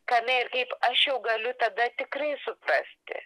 kame ir kaip aš jau galiu tada tikrai suprasti